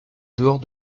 dehors